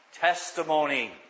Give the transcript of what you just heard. testimony